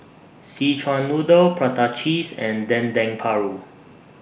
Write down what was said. Szechuan Noodle Prata Cheese and Dendeng Paru